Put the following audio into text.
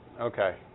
Okay